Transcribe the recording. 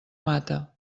mata